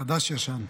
חדש-ישן,